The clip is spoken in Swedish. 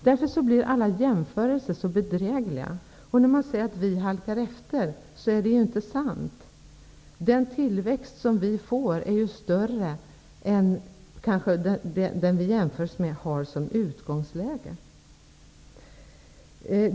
Därför blir alla jämförelser så bedrägliga. När man säger att vi halkar efter är det inte sant. Den tillväxt som vi får är ju större än det land vi jämför oss med kanske har som utgångsläge.